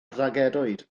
dargedwyd